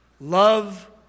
love